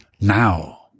now